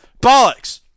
Bollocks